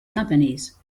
companies